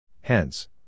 Hence